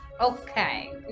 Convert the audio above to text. Okay